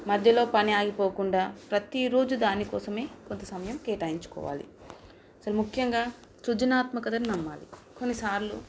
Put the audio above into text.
మధ్యలో పని ఆగిపోకుండా ప్రతిరోజు దానికోసమే కొంత సమయం కేటాయించుకోవాలి అసలు ముఖ్యంగా సృజనాత్మకతని నమ్మాలి కొన్నిసార్లు